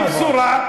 כאל בשורה,